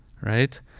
Right